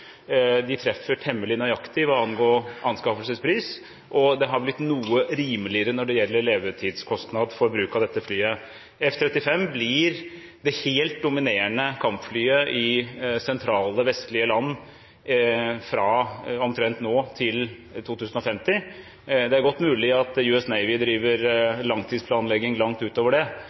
De treffer temmelig nøyaktig hva angår anskaffelsespris, og det har blitt noe rimeligere når det gjelder levetidskostnad for bruk av dette flyet. F-35 blir det helt dominerende kampflyet i sentrale vestlige land fra omtrent nå til 2050. Det er godt mulig at US Navy driver langtidsplanlegging langt utover det,